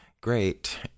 Great